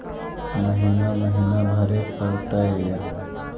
महिना महिना भरे परतैय?